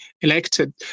elected